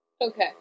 Okay